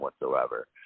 whatsoever